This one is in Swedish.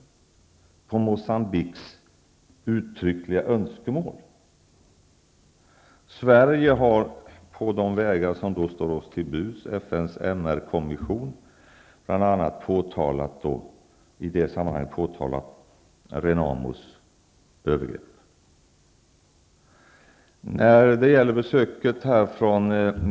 Detta är ett önskemål som uttryckligen har framförts av Moçambique. Sverige har på de vägar som står oss till buds, FN:s MR-kommission, påtalat Renamos övergrepp.